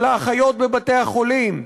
של האחיות בבתי-החולים --- תודה.